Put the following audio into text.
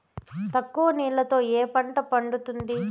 తక్కువ నీళ్లతో ఏ పంట పండుతుంది?